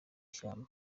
shyamba